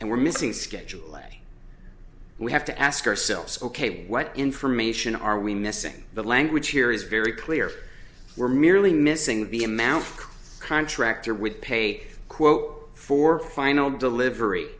and we're missing schedule a we have to ask ourselves ok what information are we missing the language here is very clear we're merely missing the amount contractor with pay quote for final delivery